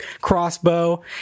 crossbow